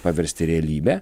paversti realybe